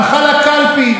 הלכה לקלפי,